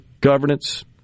governance